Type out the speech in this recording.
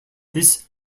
this